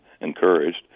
encouraged